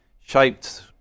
shaped